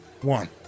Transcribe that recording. One